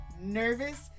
nervous